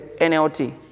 NLT